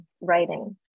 writing